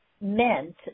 meant